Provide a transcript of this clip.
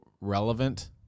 relevant